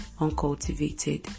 uncultivated